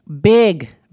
Big